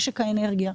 משק האנרגיה.